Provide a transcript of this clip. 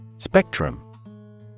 Spectrum